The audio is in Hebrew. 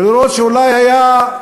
ולראות שאולי היה,